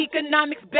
economics